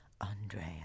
Andrea